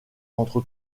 entre